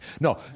no